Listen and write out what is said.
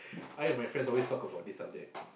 I and my friends always talk about this subject